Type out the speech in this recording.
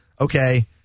okay